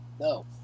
No